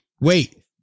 Wait